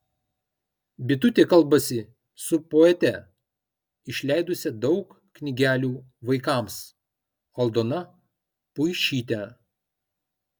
bitutė kalbasi su poete išleidusia daug knygelių vaikams aldona puišyte